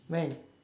when